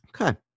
Okay